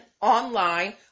online